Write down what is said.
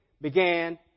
began